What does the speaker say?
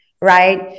right